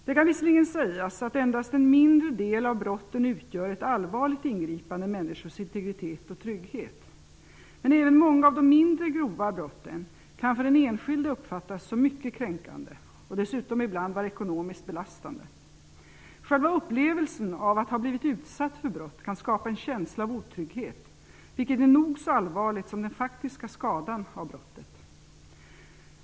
Det kan visserligen sägas att endast en mindre del av brotten utgör ett allvarligt ingripande i människors integritet och trygghet, men även många av de mindre grova brotten kan av den enskilde uppfattas som mycket kränkande och dessutom ibland vara ekonomiskt belastande. Själva upplevelsen av att ha blivit utsatt för brott kan skapa en känsla av otrygghet, vilket är nog så allvarligt som den faktiska skadan av brottet.